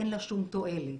אין לה שום תועלת.